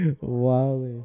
Wow